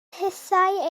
hithau